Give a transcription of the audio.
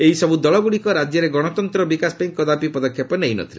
ଏହିସବୁ ଦଳଗୁଡ଼ିକ ରାଜ୍ୟରେ ଗଣତନ୍ତ୍ରର ବିକାଶ ପାଇଁ କଦାପି ପଦକ୍ଷେପ ନେଇନଥିଲେ